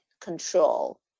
control